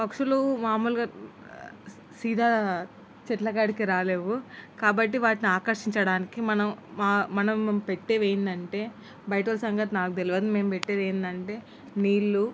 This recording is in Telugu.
పక్షులు మామూలుగా సీదా చెట్ల కాడికి రాలేవు కాబట్టి వాటిని ఆకర్షించడానికి మనం మనం పెట్టేవిఏంటంటే బయట సంగతి నాకు తెలియదు మేము పెట్టేది ఏంటంటే నీళ్ళు